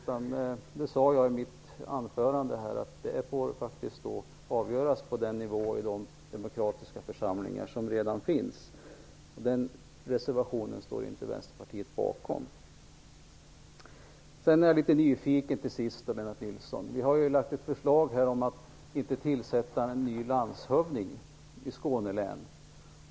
Jag sade i mitt anförande att den frågan får avgöras på den nivå och i de demokratiska församlingar som redan finns. Den reservationen står inte Vänsterpartiet bakom. Till sist vill jag säga att jag är litet nyfiken, Lennart Nilsson. Vi har lagt fram ett förslag om att man inte skall tillsätta en ny landshövding i Skåne län.